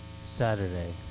Saturday